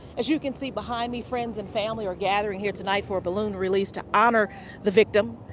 as you can see behind me friends and family are gathering here tonight for a balloon release to honor the victim.